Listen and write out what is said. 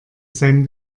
sein